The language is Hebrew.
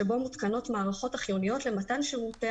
שבו מותקנות מערכות החיוניות למתן שירותי